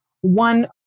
one